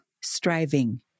striving